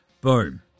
Boom